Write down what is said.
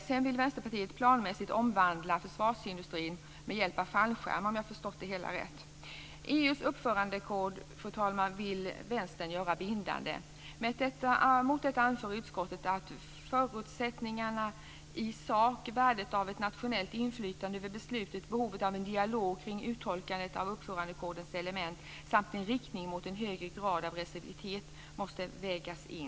Sedan vill Vänsterpartiet planmässigt omvandla försvarsindustrin med hjälp av fallskärmar, om jag har förstått det hela rätt. EU:s uppförandekod, fru talman, vill Vänstern göra bindande. Mot detta anför utskottet att förutsättningarna i sak, värdet av ett nationellt inflytande över besluten, behovet av en dialog kring uttolkandet av uppförandekodens element samt en riktning mot en högre grad av restriktivitet måste vägas in.